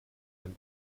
den